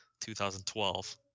2012